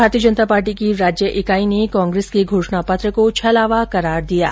भारतीय जनता पार्टी की राज्य इकाई ने कांग्रेस के घोषणा पत्र को छलावा करार दिया है